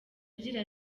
agira